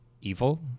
evil